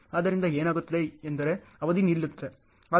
ಆದ್ದರಿಂದ ಏನಾಗುತ್ತದೆ ಎಂದರೆ ಅವಧಿ ನಿಲ್ಲುತ್ತದೆ